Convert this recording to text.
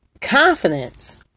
Confidence